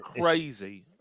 crazy